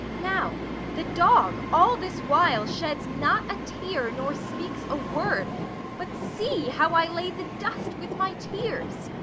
now the dog all this while sheds not a tear, nor speaks a word but see how i lay the dust with my tears.